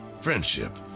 friendship